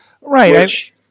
Right